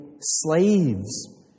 slaves